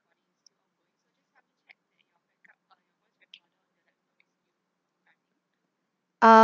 ah